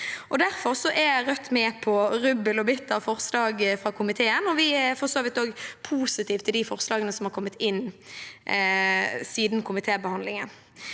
Derfor er Rødt med på rubbel og bit av forslag fra komiteen, og vi er for så vidt også positiv til de forslagene som har kommet inn siden komitébehandlingen.